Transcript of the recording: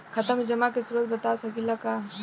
खाता में जमा के स्रोत बता सकी ला का?